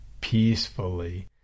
peacefully